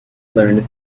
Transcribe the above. learned